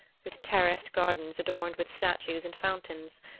with terraced gardens adorned with statues and fountains,